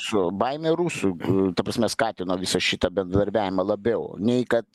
su baime rusų ta prasme skatino visą šitą bendradarbiavimą labiau nei kad